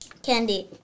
Candy